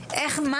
מה